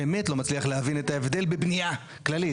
באמת לא מצליח להבין את ההבדל בבניה כללית.